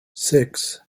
six